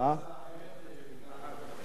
הצעה אחרת,